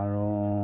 আৰু